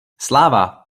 sláva